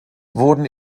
wurden